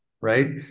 right